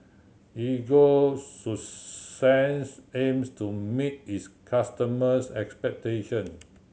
Ego Sunsense aims to meet its customers' expectations